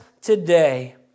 today